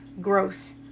gross